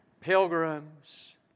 pilgrims